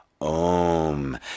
Om